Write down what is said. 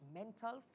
mental